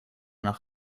nach